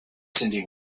cyndi